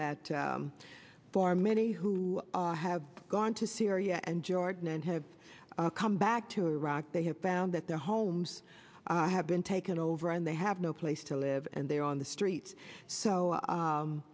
that for many who have gone to syria and jordan and have come back to iraq they have found that their homes have been taken over and they have no place to live and they are on the streets so